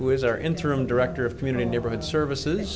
who is our interim director of community neighborhood services